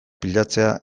pilatzea